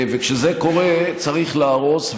וכשזה קורה צריך להרוס.